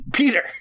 Peter